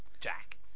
Jack